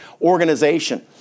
organization